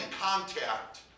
contact